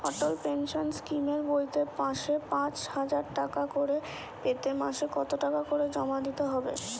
অটল pension স্কিমের বইতে মাসে পাঁচ হাজার টাকা করে পেতে মাসে কত টাকা করে জমা দিতে হবে?